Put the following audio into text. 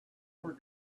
were